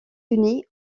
unis